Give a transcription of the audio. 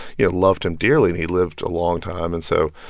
yeah loved him dearly. and he lived a long time. and so,